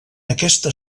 aquesta